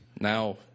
Now